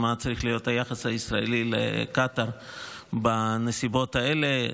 מה צריך להיות היחס הישראלי לקטר בנסיבות האלה,